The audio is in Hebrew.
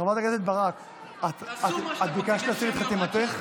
את ביקשת להסיר את חתימתך?